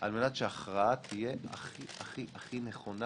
על מנת שההכרעה תהיה הכי הכי הכי נכונה